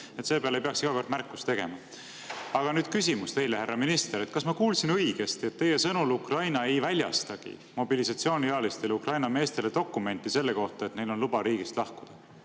Seepeale ei peaks iga kord märkust tegema. Aga nüüd küsimus teile, härra minister. Kas ma kuulsin õigesti, et teie sõnul Ukraina ei väljastagi mobilisatsiooniealistele Ukraina meestele dokumenti selle kohta, et neil on luba riigist lahkuda?